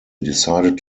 decided